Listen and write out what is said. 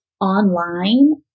Online